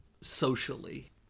socially